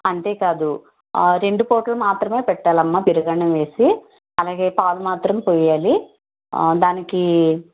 అంతే కాదు రెండు పూటలు మాత్రమే పెట్టాలమ్మా పెరుగన్నం వేసి అలాగే పాలు మాత్రం పొయ్యాలి దానికి